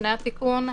לפני התיקון: